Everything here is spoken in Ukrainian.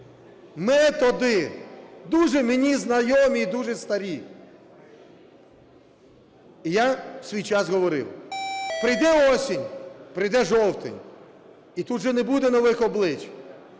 методи дуже мені знайомі й дуже старі! І я у свій час говорив: прийде осінь, прийде жовтень - і тут вже не буде нових облич,